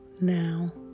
Now